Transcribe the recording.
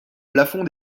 plafond